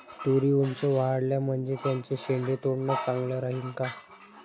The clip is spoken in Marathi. तुरी ऊंच वाढल्या म्हनजे त्याचे शेंडे तोडनं चांगलं राहीन का?